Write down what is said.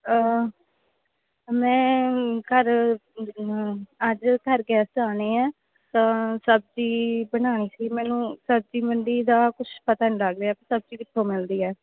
ਮੈਂ ਘਰ ਅੱਜ ਘਰ ਗੈਸਟ ਆਉਣੇ ਹੈ ਤਾਂ ਸਬਜ਼ੀ ਬਣਾਉਣੀ ਸੀ ਮੈਨੂੰ ਸਬਜ਼ੀ ਮੰਡੀ ਦਾ ਕੁਛ ਪਤਾ ਨਹੀਂ ਲੱਗ ਰਿਹਾ ਕਿ ਸਬਜ਼ੀ ਕਿੱਥੋਂ ਮਿਲਦੀ ਹੈ